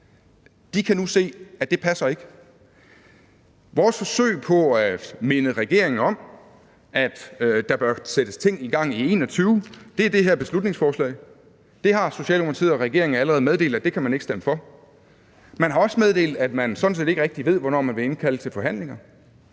nu kan se, at det ikke passer. Vores forsøg på at minde regeringen om, at der bør sættes ting i gang i 2021, er det her beslutningsforslag. Det har Socialdemokratiet og regeringen allerede meddelt at man ikke kan stemme for. Man har også meddelt, at man sådan set ikke rigtig ved, hvornår man vil indkalde til forhandlinger.